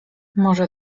może